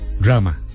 drama